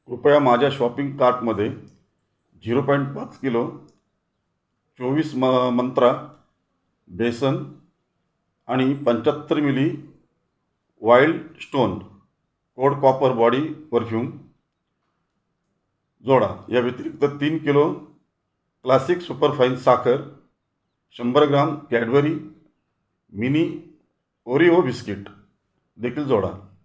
कृपया माझ्या शॉपिंग काटमध्ये झिरो पॉईंट पाच किलो चोवीस म मंत्रा बेसन आणि पंच्याहत्तर मिली wild stone code copper body perfume जोडा या व्यतिरिक्त तीन किलो क्लासिक सुपरफाईन साखर शंभर gram Cadbury mini Oreo biscuit देखील जोडा